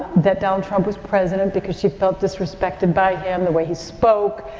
that donald trump was president because she felt disrespected by him, the way he spoke,